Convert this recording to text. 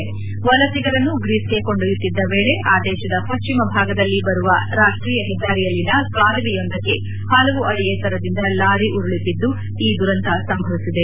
ವಲಸಿಗರನ್ನು ಗ್ರೀಸ್ಗೆ ಕೊಂಡೊಯ್ಕುತ್ತಿದ್ದ ವೇಳೆ ಆ ದೇಶದ ಪಶ್ಚಿಮ ಭಾಗದಲ್ಲಿ ಬರುವ ರಾಷ್ಟೀಯ ಹೆದ್ದಾರಿಯಲ್ಲಿನ ಕಾಲುವೆಯೊಂದಕ್ಕೆ ಹಲವು ಅಡಿ ಎತ್ತರದಿಂದ ಲಾರಿ ಉರುಳಬಿದ್ದು ಈ ದುರಂತ ಸಂಭವಿಸಿದೆ